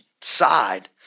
side